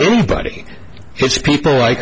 anybody it's people like